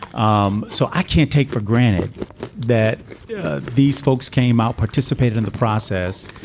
um so i can't take for granted that yeah these folks came out, participated in the process.